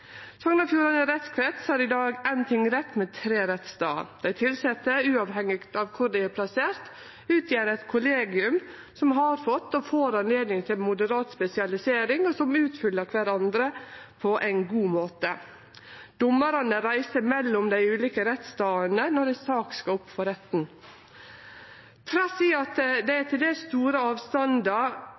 Fjordane rettskrets har i dag éin tingrett med tre rettsstader. Dei tilsette, uavhengig av kor dei er plasserte, utgjer eit kollegium som har fått og får anledning til moderat spesialisering, og som utfyller kvarandre på ein god måte. Dommarane reiser mellom dei ulike rettsstadene når ei sak skal opp for retten. Trass i at det er til dels store avstandar